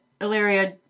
Illyria